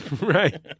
Right